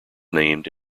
named